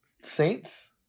Saints